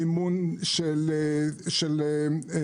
מימון של סטארט-אפים,